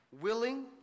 willing